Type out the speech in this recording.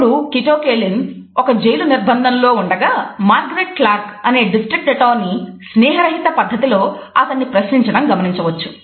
మీరు ఇప్పుడు కేటో కేలిన్ స్నేహరహిత పద్ధతిలో అతన్ని ప్రశ్నించటం గమనించవచ్చు